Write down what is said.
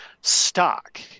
stock